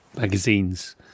magazines